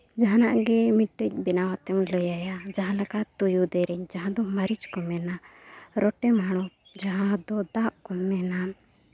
ᱡᱟᱦᱟᱱᱟᱜ ᱜᱮ ᱢᱤᱫᱴᱟᱝ ᱵᱮᱱᱟᱣ ᱠᱟᱛᱮᱢ ᱞᱟᱹᱭ ᱟᱭᱟ ᱡᱟᱦᱟᱸ ᱞᱮᱠᱟ ᱛᱩᱭᱩ ᱫᱮᱨᱮᱧ ᱡᱟᱦᱟᱸ ᱫᱚ ᱢᱟᱹᱨᱤᱪ ᱠᱚ ᱢᱮᱱᱟ ᱨᱚᱴᱮ ᱢᱟᱲᱚᱢ ᱡᱟᱦᱟᱸ ᱫᱚ ᱫᱟᱜ ᱠᱚ ᱢᱮᱱᱟ